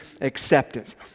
acceptance